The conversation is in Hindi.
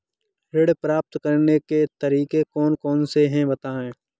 ऋण प्राप्त करने के तरीके कौन कौन से हैं बताएँ?